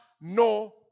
no